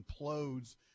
implodes